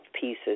pieces